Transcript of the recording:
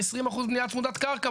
20% בניה צמודת קרקע.